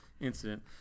incident